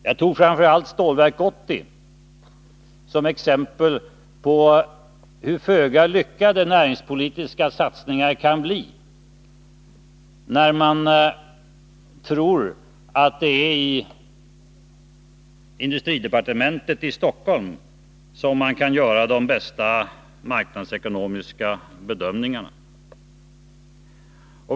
Jag tog framför allt Stålverk 80 såsom exempel på hur föga lyckade näringspolitiska satsningar kan bli, när man tror att det är i industridepartementet i Stockholm som man kan göra de bästa marknadsekonomiska bedömningarna.